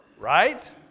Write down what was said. right